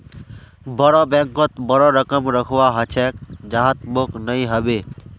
बोरो बैंकत बोरो रकम रखवा ह छेक जहात मोक नइ ह बे